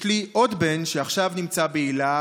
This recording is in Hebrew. יש לי עוד בן שעכשיו נמצא בהיל"ה,